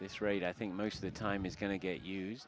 this raid i think most of the time is going to get used